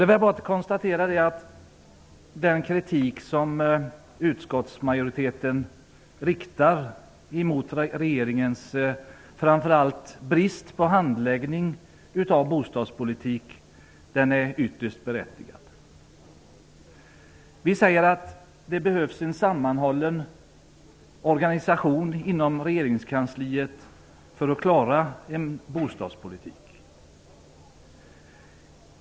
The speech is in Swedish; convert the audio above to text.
Det är väl bara att konstatera att den kritik som utskottsmajoriteten riktar framför allt mot regeringens brist på handläggning när det gäller bostadspolitiken är ytterst berättigad. Vi säger att det behövs en sammanhållen organisation inom regeringskansliet för att klara bostadspolitiken.